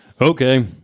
Okay